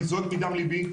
אני זועק מדם ליבי.